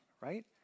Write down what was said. right